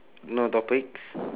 no topics